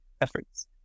efforts